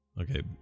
Okay